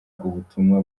ubutumwa